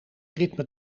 ritme